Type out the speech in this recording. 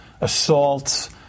assaults